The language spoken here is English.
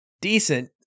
decent